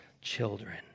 children